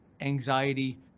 anxiety